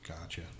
Gotcha